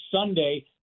Sunday